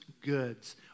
goods